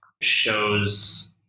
shows